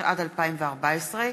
התשע"ד 2014,